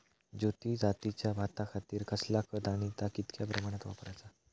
ज्योती जातीच्या भाताखातीर कसला खत आणि ता कितक्या प्रमाणात वापराचा?